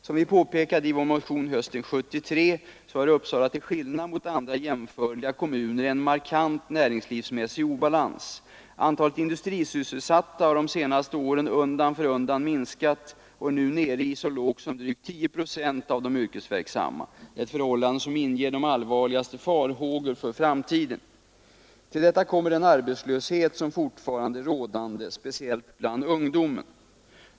Som vi påpekade i vår motion hösten 1973 så har Uppsala till skillnad mot andra jämförliga kommuner en markant näringslivsmässig obalans. Antalet industrisysselsatta har de senaste åren undan för undan minskat och är nu nere i så lågt som drygt 10 procent av de yrkesverksamma, ett förhållande som inger de allvarligaste farhågor för framtiden. Till detta kommer den arbetslöshet som fortfarande är rådande — speciellt bland ungdomen.